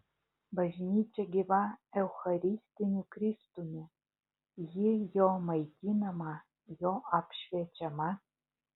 bažnyčia gyva eucharistiniu kristumi ji jo maitinama jo apšviečiama